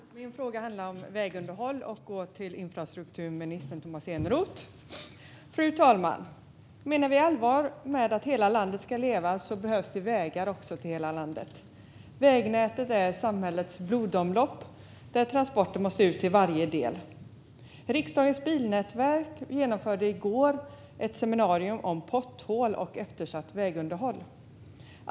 Fru talman! Min fråga handlar om vägunderhåll och går till infrastrukturminister Tomas Eneroth. Fru talman! Menar vi allvar med att hela landet ska leva behövs också vägar till hela landet. Vägnätet är samhällets blodomlopp där transporter måste ut till varje del. Riksdagens bilnätverk anordnade i går ett seminarium om potthål och eftersatt vägunderhåll.